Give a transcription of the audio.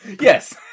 Yes